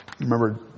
remember